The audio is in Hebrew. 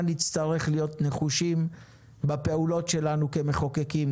נצטרך להיות נחושים בפעולות שלנו כמחוקקים,